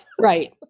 Right